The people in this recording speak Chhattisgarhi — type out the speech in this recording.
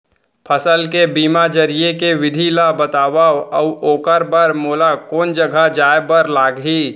फसल के बीमा जरिए के विधि ला बतावव अऊ ओखर बर मोला कोन जगह जाए बर लागही?